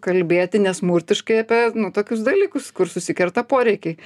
kalbėti nesmurtiškai apie nu tokius dalykus kur susikerta poreikiai